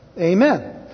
Amen